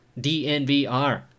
DNVR